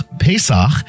Pesach